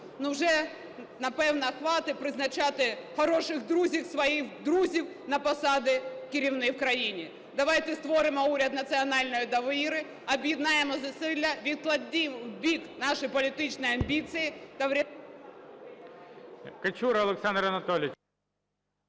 Вже, напевно, хватить призначати хороших друзів, своїх друзів на посади керівні в країні. Давайте створимо уряд національної довіри, об'єднаємо зусилля, відкладіть у бік наші політичні амбіції